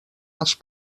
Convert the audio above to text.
als